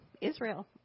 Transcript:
Israel